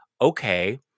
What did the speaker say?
okay